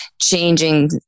changing